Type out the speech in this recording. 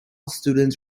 students